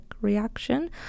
reaction